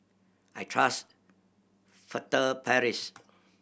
I trust Furtere Paris